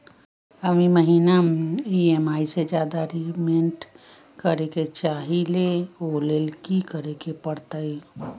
हम ई महिना में ई.एम.आई से ज्यादा रीपेमेंट करे के चाहईले ओ लेल की करे के परतई?